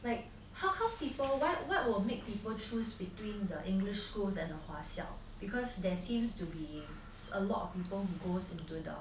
like how come people what will make people choose between their english schools and 华校 because there seems to be a lot of people goes into the